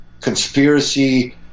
conspiracy